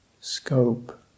scope